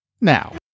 now